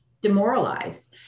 demoralized